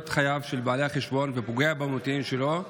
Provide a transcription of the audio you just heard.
את חייו של בעל החשבון ופוגעות במוניטין שלו.